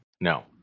No